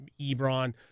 Ebron